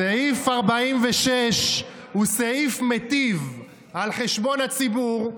סעיף 46 הוא סעיף מיטיב על חשבון הציבור,